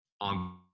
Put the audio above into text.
On